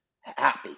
happy